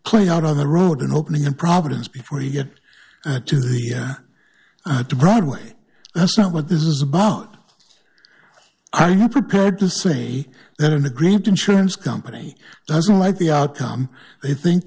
clay out on the road in opening in providence before you get to the area to broadway that's not what this is a bot are you prepared to say that an agreement insurance company doesn't like the outcome they think